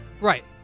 Right